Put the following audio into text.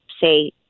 say